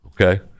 okay